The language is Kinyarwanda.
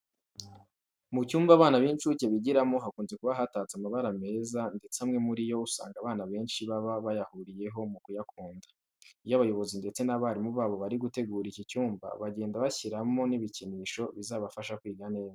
Mu cyumba abana b'incuke bigiramo hakunze kuba hatatse amabara meza ndetse amwe muri yo usanga abana benshi baba bayahuriyeho mu kuyakunda. Iyo abayobozi ndetse n'abarimu babo bari gutegura iki cyumba, bagenda bashyiramo n'ibikinisho bizabafasha kwiga neza.